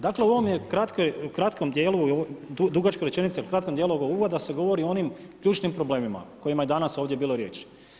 Dakle u ovom kratkom djelu, dugačka rečenica, a kratkom djelu ovog uvoda se govori o onim ključnim problemima o kojima je danas ovdje bila riječ.